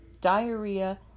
diarrhea